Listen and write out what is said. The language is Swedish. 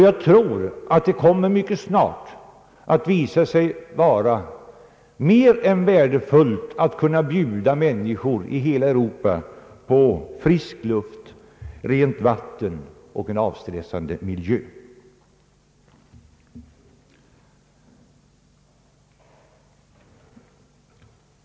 Jag tror att det mycket snart kommer att visa sig vara mer än värdefullt att kunna bjuda människor i hela Europa på frisk luft, rent vatten och en avstressande miljö.